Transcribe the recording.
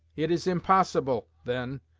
it is impossible, then,